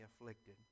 afflicted